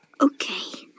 Okay